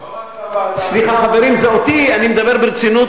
סליחה, חברים, אני מדבר ברצינות.